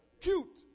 Cute